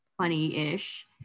funny-ish